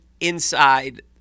inside